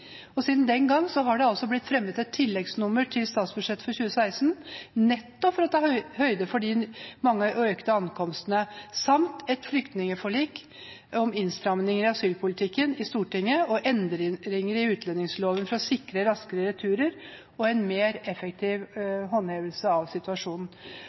stede. Siden den gang har det blitt fremmet et tilleggsnummer til statsbudsjettet for 2016 nettopp for å ta høyde for de mange økte ankomstene samt et flyktningforlik i Stortinget om innstramninger i asylpolitikken og endringer i utlendingsloven for å sikre raskere returer og en mer effektiv håndhevelse av situasjonen.